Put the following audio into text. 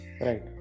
Right